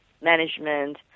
management